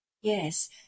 Yes